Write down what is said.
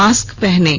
mask पहनें